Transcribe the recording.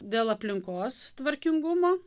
dėl aplinkos tvarkingumo